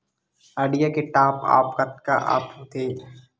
Idea के top आप कतका म होथे?